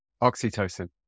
Oxytocin